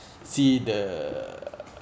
see the